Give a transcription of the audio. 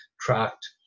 tracked